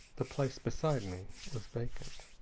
the place beside me was vacant.